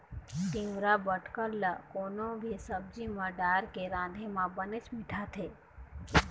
तिंवरा बटकर ल कोनो भी सब्जी म डारके राँधे म बनेच मिठाथे